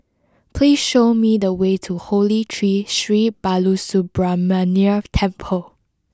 please show me the way to Holy Tree Sri Balasubramaniar Temple